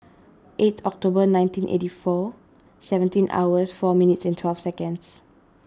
eight October nineteen eighty four seventeen hours four minutes and twelve seconds